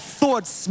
thoughts